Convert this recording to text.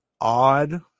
odd